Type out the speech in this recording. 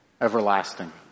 everlasting